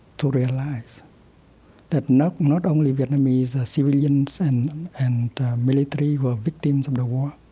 to realize that not not only vietnamese civilians and and military were victims of the war,